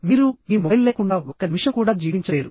మీరు మీ మొబైల్ లేకుండా ఒక్క నిమిషం కూడా జీవించలేరు